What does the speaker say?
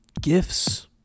gifts